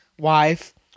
wife